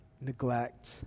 neglect